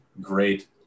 great